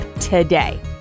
today